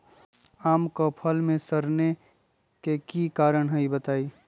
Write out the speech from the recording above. आम क फल म सरने कि कारण हई बताई?